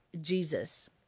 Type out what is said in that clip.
Jesus